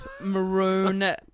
maroon